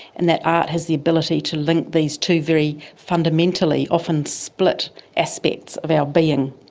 and that art has the ability to link these two very fundamentally often split aspects of our being.